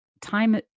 time